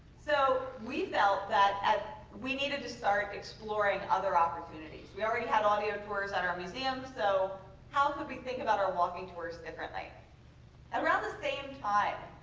so we felt that we needed to start exploring other opportunities. we already had audio tours at our museums, so how could we think about our walking tours differently. at around the same time,